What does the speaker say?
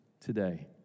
today